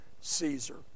Caesar